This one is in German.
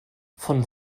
von